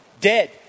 Dead